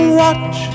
watch